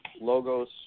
logos